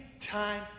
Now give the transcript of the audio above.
time